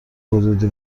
حدودی